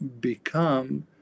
become